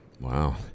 Wow